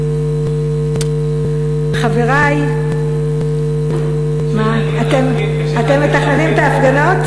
חברי, קשה להגיע להפגין.